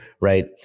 right